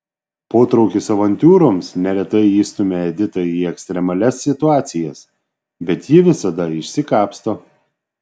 potraukis avantiūroms neretai įstumia editą į ekstremalias situacijas bet ji visada išsikapsto